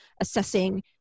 assessing